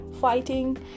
fighting